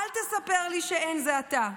/ אל תספר לי / שאין זה אתה,